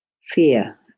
fear